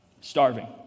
Starving